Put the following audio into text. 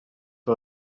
que